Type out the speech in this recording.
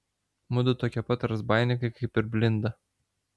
mudu tokie pat razbaininkai kaip ir blinda